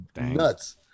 nuts